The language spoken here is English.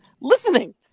listening